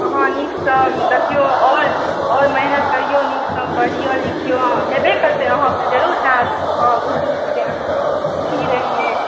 अहाँ निकसंँ देखिऔ आओर मेहनत करिऔ नीकसँ पढ़िऔ लिखिऔ हेबे करतै अहाँकेँ जरुर होयत अहाँ बहुत नीक विद्यार्थी रहियै